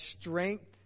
strength